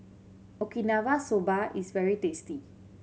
Okinawa Soba is very tasty